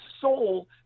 soul